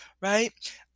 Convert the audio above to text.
right